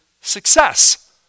success